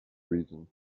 reason